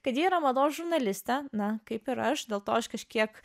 kad ji yra mados žurnalistė na kaip ir aš dėl to aš kažkiek